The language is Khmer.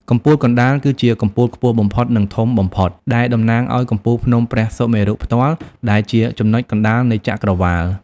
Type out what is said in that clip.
កំពូលកណ្តាល គឺជាកំពូលខ្ពស់បំផុត និងធំបំផុត ដែលតំណាងឲ្យកំពូលភ្នំព្រះសុមេរុផ្ទាល់ ដែលជាចំណុចកណ្តាលនៃចក្រវាឡ។